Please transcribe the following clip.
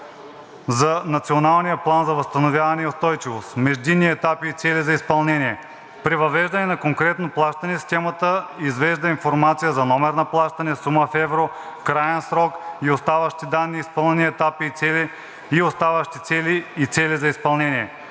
за Националния план за възстановяване и устойчивост, междинни етапи и цели за изпълнение. При въвеждане на конкретно плащане системата извежда информация за номер на плащане, сума в евро, краен срок и оставащи данни, изпълнени етапи и цели, оставащи цели и цели за изпълнение.